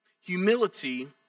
Humility